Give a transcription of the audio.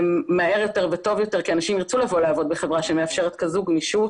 מהר יותר וטוב יותר כי אנשים ירצו לבוא לעבוד בחברה שמאפשרת כזו גמישות